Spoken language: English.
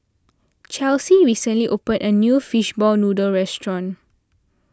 Chelsi recently opened a new Fishball Noodle restaurant